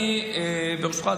ברשותך,